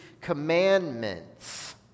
commandments